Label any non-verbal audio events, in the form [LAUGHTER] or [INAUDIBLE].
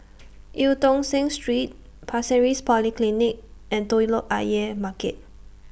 [NOISE] EU Tong Sen Street Pasir Ris Polyclinic and Telok Ayer Market